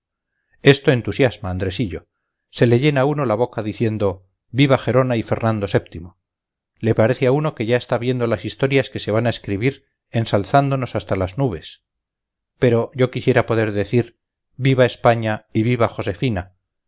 esto entusiasma andresillo se le llena a uno la boca diciendo viva gerona y fernando vii le parece a uno que ya está viendo las historias que se van a escribir ensalzándonos hasta las nubes pero yo quisiera poder decir viva españa y viva josefina